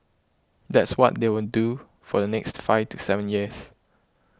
that's what they will do for the next five to seven years